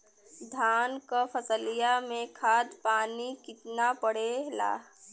धान क फसलिया मे खाद पानी कितना पड़े ला?